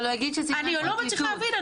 אני לא מצליחה להבין.